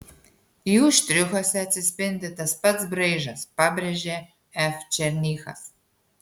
jų štrichuose atsispindi tas pats braižas pabrėžė f černychas